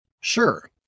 Sure